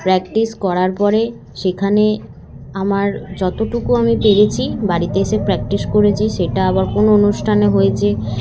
practice করার পরে সেখানে আমার যতটুকু আমি পেরেছি বাড়িতে এসে প্র্যাকটিস করেছি সেটা আবার কোনো অনুষ্ঠানে হয়েছে